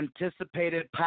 anticipated